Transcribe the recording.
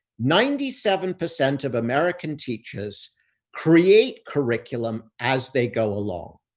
ninety seven percent of american teachers create curriculum as they go along.